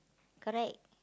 correct